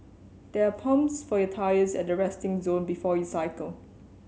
there are pumps for your tyres at the resting zone before you cycle